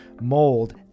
mold